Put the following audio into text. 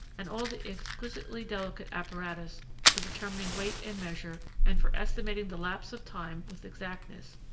and all the exquisitely delicate apparatus for determining weight and measure and for estimating the lapse of time with exactness,